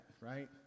right